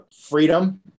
freedom